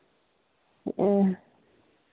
ᱦᱮᱸ